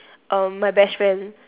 err my best friend